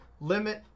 limit